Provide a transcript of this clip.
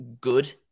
good